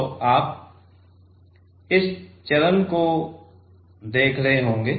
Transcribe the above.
तो आप इस चरण को देख रहे होंगे